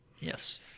Yes